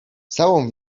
całą